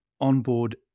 onboard